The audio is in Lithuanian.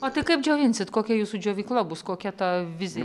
o tai kaip džiovinsit kokia jūsų džiovykla bus kokia ta vizija